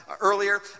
earlier